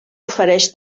ofereix